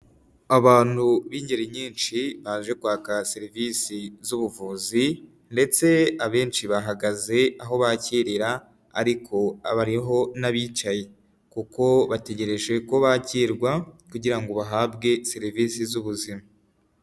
Abantu b'ingeri nyinshi baje kwaka serivisi z'ubuvuzi ndetse abenshi bahagaze aho bakirira ariko hariho n'abicaye kuko bategereje ko bakirwa kugira ngo bahabwe serivisi z'ubuzima.